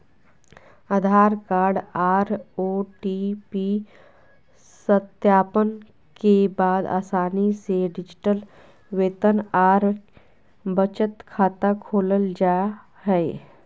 आधार card आर OTP सत्यापन के बाद आसानी से डिजिटल वेतन आर बचत खाता खोलल जा हय